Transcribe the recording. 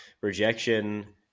Rejection